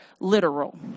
literal